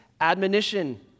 admonition